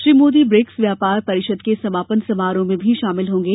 Shri Modi BRICS व्यापार परिषद के समापन समारोह में भी शामिल होंगे